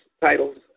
titles